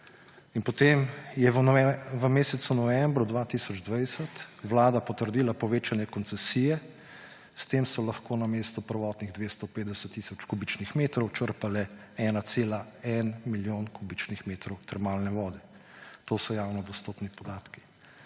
In potem je v mesecu novembru 2020 vlada potrdila povečanje koncesije. S tem so lahko namesto prvotnih 250 tisoč kubičnih metrov črpale 1,1 milijona kubičnih metrov termalne vode. To so javno dostopni podatki.